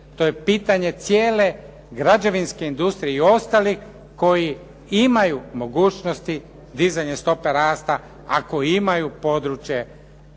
To je pitanje cijele građevinske industrije i ostalih koji imaju mogućnosti dizanja stope rasta ako imaju područje,